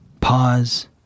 pause